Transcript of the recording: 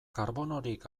karbonorik